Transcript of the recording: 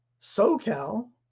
SoCal